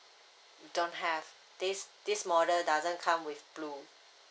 don't have this this model doesn't come with blue